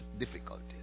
difficulties